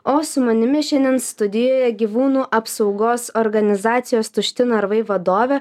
o su manimi šiandien studijoje gyvūnų apsaugos organizacijos tušti narvai vadovė